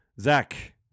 zach